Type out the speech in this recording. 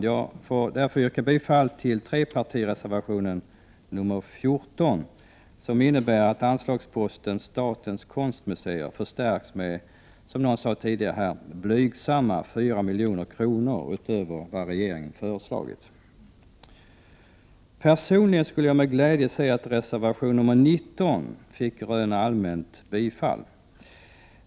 Jag får därför yrka bifall till trepartireservationen nr 14, som 4 Ä Å cG 5 samt till museer och utinnebär att anslagsposten Statens konstmuseer förstärks med — som någon ställningar sade här — blygsamma 4 milj.kr. utöver vad regeringen föreslagit. 8 Personligen skulle jag med glädje se att reservation 19 fick röna allmänt bifall.